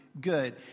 good